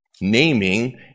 Naming